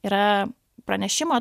yra pranešimo